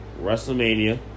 WrestleMania